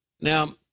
Now